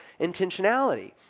intentionality